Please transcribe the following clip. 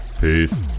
Peace